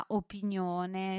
opinione